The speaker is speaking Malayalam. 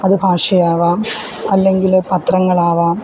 അത് ഭാഷയാവാം അല്ലെങ്കിൽ പത്രങ്ങളാവാം